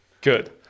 Good